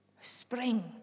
Spring